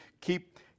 keep